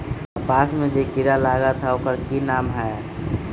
कपास में जे किरा लागत है ओकर कि नाम है?